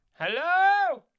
Hello